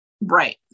Right